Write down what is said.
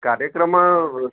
कार्यक्रमः